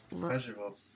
pleasurable